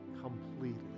completely